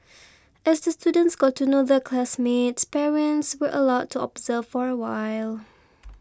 as the students got to know their classmates parents were allowed to observe for a while